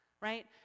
right